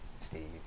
Steve